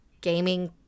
gaming